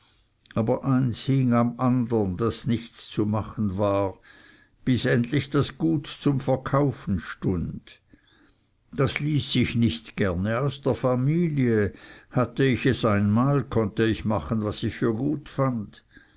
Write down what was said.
aber eins hing am andern daß nichts zu machen war bis endlich das gut zum verkaufen stund das ließ ich nicht gerne aus der familie hatte ich es einmal konnte ich machen was ich gut fand